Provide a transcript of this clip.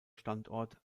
standort